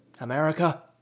America